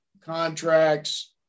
contracts